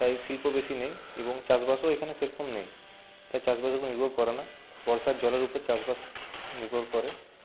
তাই শিল্প বেশি নেই এবং চাষবাসও এখানে সেরকম নেই তাই চাষবাসের উপর নির্ভর করে না বর্ষার জলের উপর চাষবাস নির্ভর করে